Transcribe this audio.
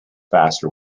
faster